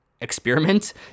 experiment